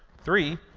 three,